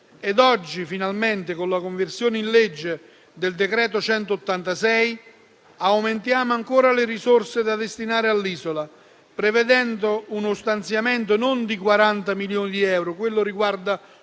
oggi finalmente, con la conversione in legge del decreto-legge n. 186, aumentiamo ancora le risorse da destinare all'isola, prevedendo uno stanziamento non di 40 milioni di euro (quello riguarda